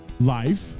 life